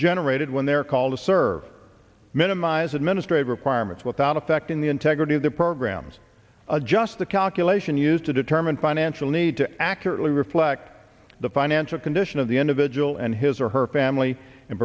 unrated when they're called to serve minimize administrative requirements without affecting the integrity of the programs adjusts the calculation used to determine financial need to accurately reflect the financial condition of the individual and his or her family and